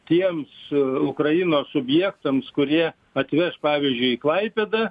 tiems ukrainos subjektams kurie atveš pavyzdžiui į klaipėdą